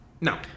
No